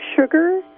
sugar